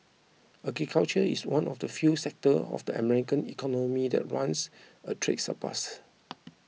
agriculture is one of the few sectors of the American economy that runs a trade surplus